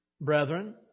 Brethren